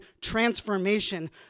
transformation